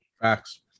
Facts